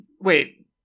Wait